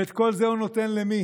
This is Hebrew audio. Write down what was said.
ואת כל זה הוא נותן למי?